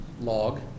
log